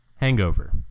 hangover